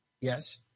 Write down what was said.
yes